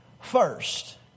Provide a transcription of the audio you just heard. first